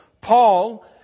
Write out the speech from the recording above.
Paul